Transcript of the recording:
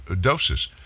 doses